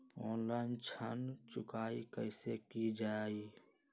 Online ऋण चुकाई कईसे की ञाई?